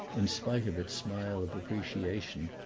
in spite of its smile of appreciation,